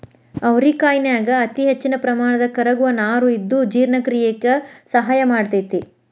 ಅವರಿಕಾಯನ್ಯಾಗ ಅತಿಹೆಚ್ಚಿನ ಪ್ರಮಾಣದ ಕರಗುವ ನಾರು ಇದ್ದು ಜೇರ್ಣಕ್ರಿಯೆಕ ಸಹಾಯ ಮಾಡ್ತೆತಿ